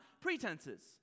pretenses